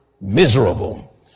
miserable